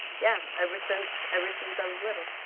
yeah, ever since ever since i was little.